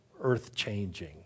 earth-changing